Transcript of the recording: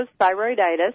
thyroiditis